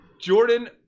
Jordan